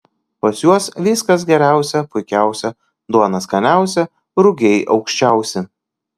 pas juos viskas geriausia puikiausia duona skaniausia rugiai aukščiausi